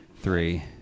three